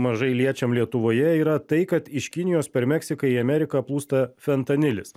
mažai liečiam lietuvoje yra tai kad iš kinijos per meksiką į ameriką plūsta fentanilis